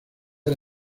era